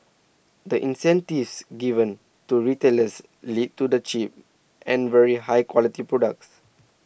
the incentives given to retailers lead to the cheap and very high quality products